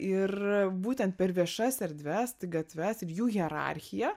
ir būtent per viešas erdves gatves ir jų hierarchiją